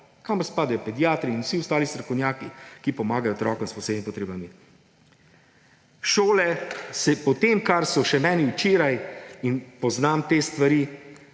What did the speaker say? kamor spadajo pediatri in vsi ostali strokovnjaki, ki pomagajo otrokom s posebnimi potrebami. Šole se, po tem kar so še meni včeraj – in poznam te stvari,